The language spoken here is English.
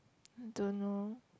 don't know